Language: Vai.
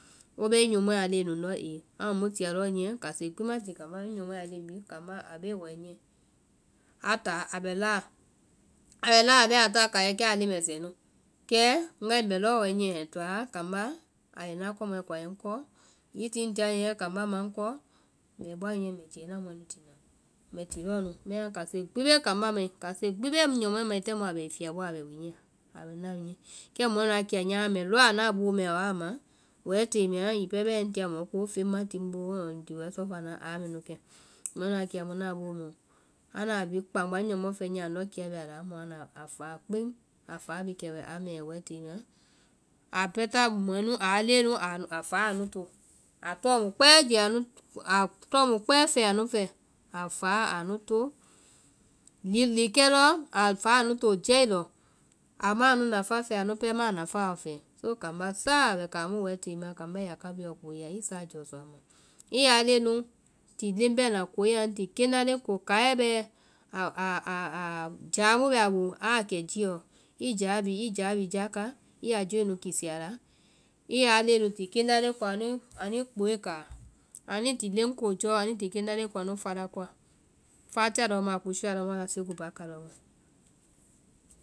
Wo bɛ i nyɔmɔɛ a leŋɛ nu ndɔ ee. Amu mu tia lɔɔ niyɛ, kase gbi ma ti kambá mai, ŋ nyɔmɔɛ a leŋ bhii, kambá a bee wɛɛ niyɛ, a táa laa abɛ laa, a bɛ laa a bɛ a kaiɛ hiŋi a ta leŋɛ nu. Kɛ́ɛ ŋgae ŋ bɛ lɔɔ wɛ niyɛ, ai toa kambá ai ŋna kɔ mɔɛ kɔ a yɛ ŋ kɔɔ, hiŋi zi ŋ tia niyɛ kambá ma ŋ kɔ, mbɛ bɔa niyɛ mbɛ jɛɛ ŋna mɔɛ nu tina, mbɛ ti lɔɔ nu, bɛmaã kase gbi bee kambá mai, kase gbi bee ŋ nyɔmɔɛ mai taaŋ mu a bɛ fiyabɔɔ a bɛ niyɛ. kɛ mɔɛ nuã kiya nyama mɛɛ lɔɔ a naa boo mɛɛɔ a wa a ma, wɛɛ tée mɛɛ a hiŋi pɛɛ bɛɛ ŋ tia mɔ ko feŋ ma ti ŋboo ŋ bɛ sɔfana aa mɛ nu kɛ. Mɔɛ nuã kiya mu naã boo mɛɛɔ, anda a bhii kpágba ŋ nyɔmɔ fɛ niyɛ andɔ kiya bɛ a la, amu anda, a faa kpeŋ, a faa bhii kɛ wɛ amɛ wɛɛ tée mɛɛ, a pɛɛ ta mɔɛ nu, aa leŋɛ a fáa aa nu to, a tɔɔ mu kpɛɛ je- a tɔɔ mu kpɛɛ fɛɛ anu fɛ, a fáa aa nu to hiŋi likɛɔ, a fáa a nu to jɛi lɔ, ama anu nafa fɛɛ anu pɛɛ ma a nafaa lɔ fɛɛ. So kambá saa a bɛ kaŋ mu a wɛɛ tée mɛɛa i ya kabuɛ lɔ kooya, i saa jɔsɔ a ma. I ya a leŋɛ ti leŋ bɛna ko. i ya a nu ti keŋ la leŋ ko, kaiɛ bɛ jaa mu bɛ a boo aa kɛ jiɔ, i jaa bhii jakɛ i yaa joe nu kisi a la, i yaa leŋɛ nu ti keŋ la leŋ ko, anuĩ anu kpooe kaa, anu i ti leŋ ko jɔ. anu i ti keŋ la leŋ ko anu faa koa, fatia lɔhɔma, kusia lɔhɔmaɔ, anabi seku bakaa lɔhɔmaɔ.